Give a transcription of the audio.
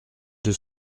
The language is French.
deux